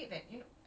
ya